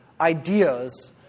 ideas